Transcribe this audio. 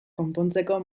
konpontzeko